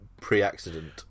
pre-accident